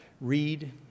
Read